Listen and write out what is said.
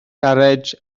garej